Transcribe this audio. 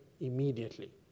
immediately